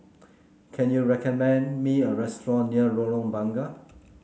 can you recommend me a restaurant near Lorong Bunga